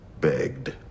Begged